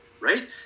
right